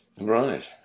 Right